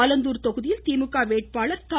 ஆலந்தூர் தொகுதியில் திமுக வேட்பாளர் தா